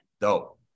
Dope